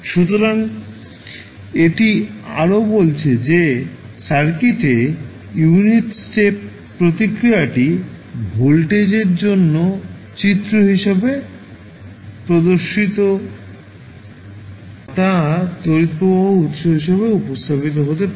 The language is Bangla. সুতরাং এটি আরও বলেছে যে সার্কিটে ইউনিট স্টেপ প্রতিক্রিয়াটির ভোল্টেজের জন্য চিত্র হিসাবে প্রদর্শিত আর তা তড়িৎ প্রবাহ উত্স হিসাবে উপস্থাপিত হতে পারে